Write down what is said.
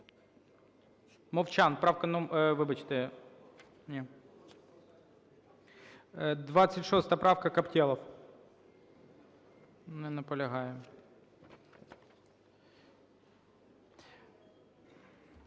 Мовчан, правка номер… Вибачте. Ні. 26 правка, Каптєлов. Не наполягає.